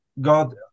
God